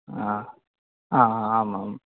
हा हा आम् आं